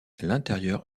l’intérieur